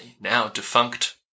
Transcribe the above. now-defunct